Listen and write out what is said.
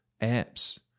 apps